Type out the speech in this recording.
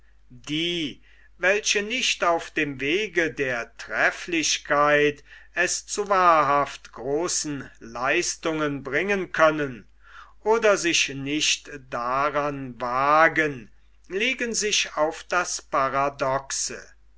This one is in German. die welche nicht auf dem wege der trefflichkeit es zu wahrhaft großen leistungen bringen können oder sich nicht daran wagen legen sich auf das paradoxe